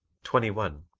twenty one.